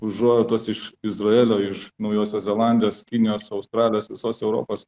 užuojautos iš izraelio iš naujosios zelandijos kinijos australijos visos europos